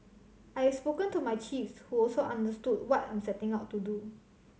I have spoken to my chiefs who also understood what I'm setting out to do